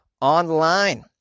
online